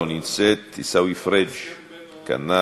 לא נמצאת, עיסאווי פריג' כנ"ל.